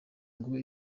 ngo